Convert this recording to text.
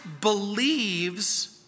believes